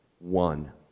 One